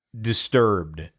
disturbed